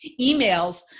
emails